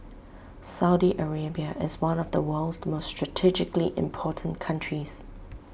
Saudi Arabia is one of the world's most strategically important countries